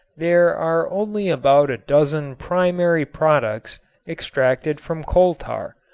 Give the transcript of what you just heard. there are only about a dozen primary products extracted from coal tar,